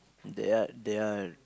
they're they're